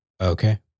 Okay